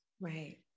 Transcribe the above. Right